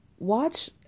Watch